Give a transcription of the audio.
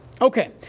Okay